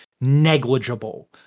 negligible